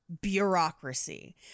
Bureaucracy